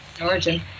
origin